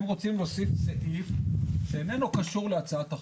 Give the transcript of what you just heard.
הם רוצים להוסיף סעיף שאיננו קשור להצעת החוק.